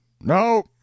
No